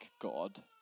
God